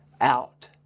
out